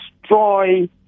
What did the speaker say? destroy